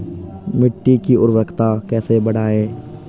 मिट्टी की उर्वरकता कैसे बढ़ायें?